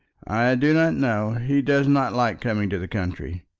do not know. he does not like coming to the country.